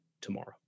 tomorrow